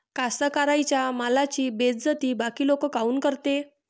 कास्तकाराइच्या मालाची बेइज्जती बाकी लोक काऊन करते?